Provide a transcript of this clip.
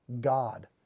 God